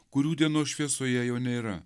kurių dienos šviesoje jau nėra